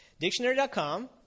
Dictionary.com